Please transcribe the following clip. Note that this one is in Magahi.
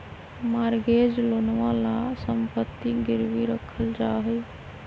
मॉर्गेज लोनवा ला सम्पत्ति गिरवी रखल जाहई